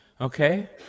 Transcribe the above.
Okay